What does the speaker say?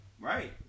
Right